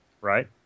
Right